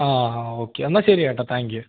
ആഹ് ഹാ ഓക്കേ എന്നാൽ ശരി ചേട്ടാ താങ്ക് യൂ